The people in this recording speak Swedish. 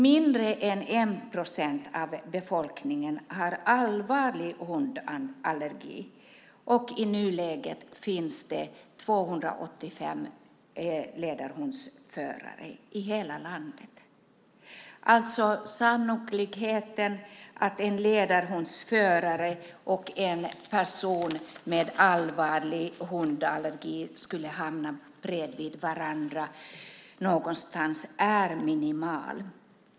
Mindre än 1 procent av befolkningen har allvarlig hundallergi, och i nuläget finns det 285 ledarhundsförare i hela landet. Sannolikheten att en ledarhundsförare och en person med allvarlig hundallergi skulle hamna bredvid varandra någonstans är minimal.